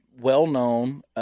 well-known